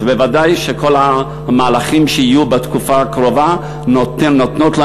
אז בוודאי שכל המהלכים שיהיו בתקופה הקרובה נותנים לנו